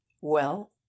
Well